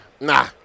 Nah